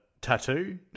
tattoo